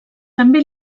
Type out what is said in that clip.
també